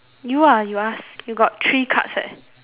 you ah you ask you got three cards leh